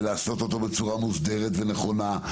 לטפל בו בצורה מוסדרת ונכונה.